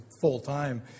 full-time